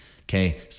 okay